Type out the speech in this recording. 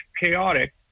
chaotic